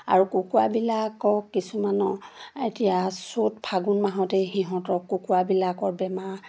আৰু কুকুৰাবিলাকক কিছুমানৰ এতিয়া চ'ত ফাগুণ মাহতেই সিহঁতৰ কুকুৰাবিলাকৰ বেমাৰ